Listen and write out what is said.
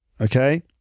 Okay